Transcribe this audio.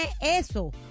eso